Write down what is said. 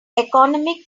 economic